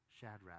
Shadrach